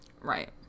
Right